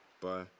Bye